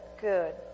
good